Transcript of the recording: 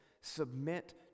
submit